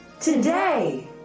today